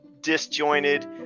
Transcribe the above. disjointed